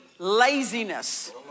Laziness